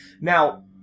Now